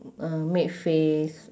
uh make face